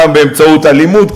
פעם באמצעות אלימות,